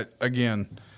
Again